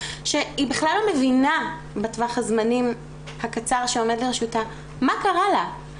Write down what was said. שהיא בכלל לא מבינה בטווח הזמנים הקצר שעומד לרשותה מה קרה לה.